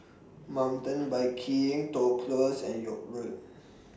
Mountain Biking Toh Close and York Road